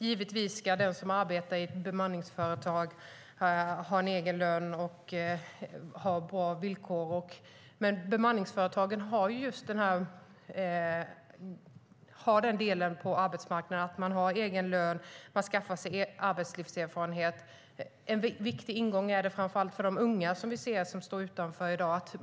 Givetvis ska den som arbetar i ett bemanningsföretag ha egen lön och bra villkor, men bemanningsföretagen har den rollen på arbetsmarknaden - man har egen lön och skaffar sig arbetslivserfarenhet. Det är en viktig ingång framför allt för de unga som står utanför i dag.